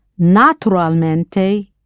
naturalmente